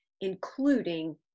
including